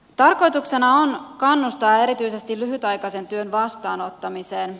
tarkoituksena on kannustaa erityisesti lyhytaikaisen työn vastaanottamiseen